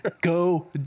go